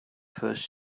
first